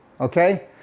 okay